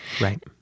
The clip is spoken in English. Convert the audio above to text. Right